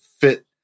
fit